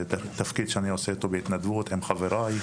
זה תפקיד שאני עושה אותו בהתנדבות עם חבריי.